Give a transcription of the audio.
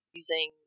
using